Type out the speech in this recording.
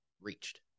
reached